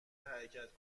حرکت